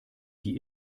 die